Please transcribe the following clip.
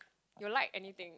you will like anything